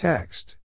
Text